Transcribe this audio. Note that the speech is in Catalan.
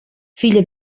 filla